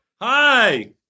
Hi